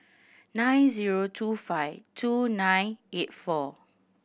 nine zero two five two nine eight four